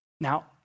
Now